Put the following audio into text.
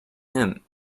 him